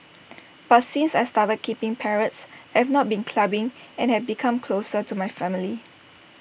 but since I started keeping parrots I've not been clubbing and have become closer to my family